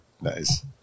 Nice